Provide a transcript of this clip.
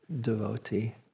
devotee